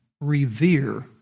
revere